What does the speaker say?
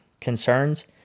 Concerns